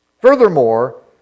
Furthermore